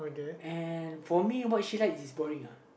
and for me what she like is boring uh